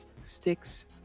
sticks